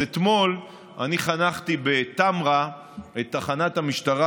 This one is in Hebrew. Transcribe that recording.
אז אתמול אני חנכתי בטמרה את תחנת המשטרה